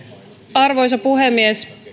arvoisa puhemies